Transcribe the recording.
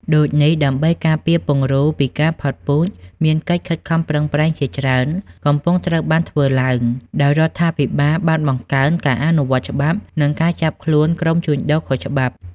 ដូចនេះដើម្បីការពារពង្រូលពីការផុតពូជ មានកិច្ចខិតខំប្រឹងប្រែងជាច្រើនកំពុងត្រូវបានធ្វើឡើង ដោយរដ្ឋាភិបាលបានបង្កើន ការអនុវត្តច្បាប់ និងការចាប់ខ្លួនក្រុមជួញដូរខុសច្បាប់។